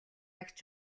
эгч